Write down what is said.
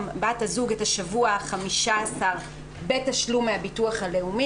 בת הזוג את השבוע ה-15 בתשלום מהביטוח הלאומי.